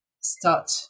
start